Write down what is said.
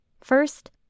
First